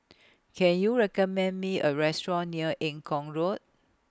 Can YOU recommend Me A Restaurant near Eng Kong Road